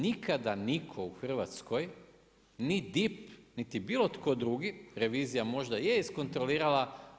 Nikada nitko u Hrvatskoj ni DIP, niti bilo tko drugi, revizija možda je iskontrolirala.